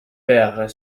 perd